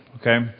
okay